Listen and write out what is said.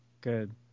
good